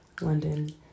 London